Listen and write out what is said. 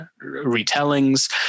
retellings